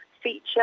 Feature